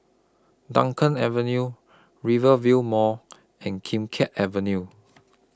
Dunkirk Avenue Rivervale Mall and Kim Keat Avenue